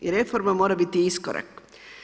I reforma mora biti iskorak.